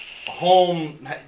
Home